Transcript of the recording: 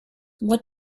what